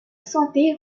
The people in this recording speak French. santé